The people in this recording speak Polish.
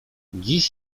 dziś